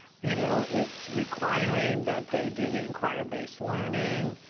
you know it's requiring that they do the inquired based learning,